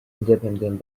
independent